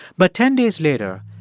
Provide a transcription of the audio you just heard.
but ten days later,